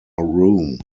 room